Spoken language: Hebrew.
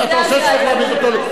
אתה חושב שצריך להעמיד אותו לדין,